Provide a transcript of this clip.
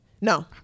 No